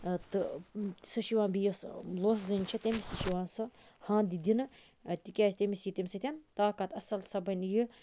تہٕ سۄ چھِ یِوان بیٚیہِ یۄس لوسہٕ زٔنۍ چھِ تمِس تہِ چھِ یِوان سۄ ہَنٛد دِنہٕ تکیاز تمِس یِیہِ تمہِ سۭتۍ طاقَت اصل سۄ بَنہِ یہِ